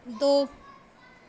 दो